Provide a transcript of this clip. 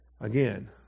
again